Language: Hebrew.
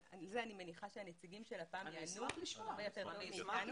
אבל על זה אני מניחה שהנציגים של לפ"מ יענו הרבה יותר טוב מאיתנו.